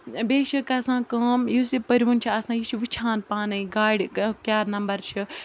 بیٚیہِ چھِ گژھان کٲم یُس یہِ پٔرۍوُن چھِ آسان یہِ چھُ وُچھان پانَے گاڑِ کیٛاہ نمبر چھُ